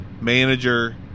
manager